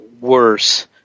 worse